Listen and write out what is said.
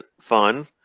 fun